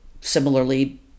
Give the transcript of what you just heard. similarly